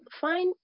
fine